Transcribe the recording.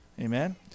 Amen